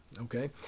Okay